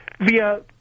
via